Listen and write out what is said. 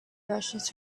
brushes